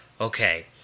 okay